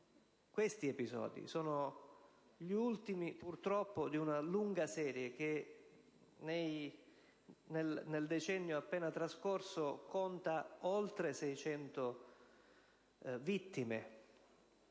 Questi episodi sono gli ultimi, purtroppo, di una lunga serie che nel decennio appena trascorso conta oltre 600 vittime.